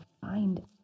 find